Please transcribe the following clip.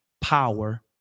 power